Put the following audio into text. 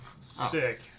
Sick